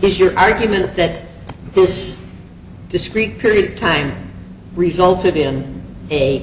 is your argument that this discrete period of time resulted in a